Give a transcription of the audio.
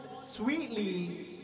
sweetly